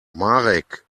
marek